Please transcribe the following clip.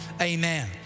amen